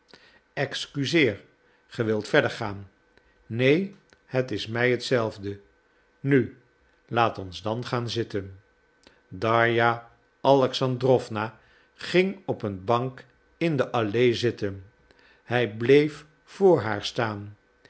excuseer ge wilt verder gaan neen het is mij hetzelfde nu laat ons dan gaan zitten darja alexandrowna ging op een bank in de allee zitten hij bleef voor haar staan